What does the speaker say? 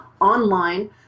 online